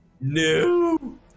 No